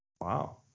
Wow